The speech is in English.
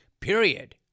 period